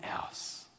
else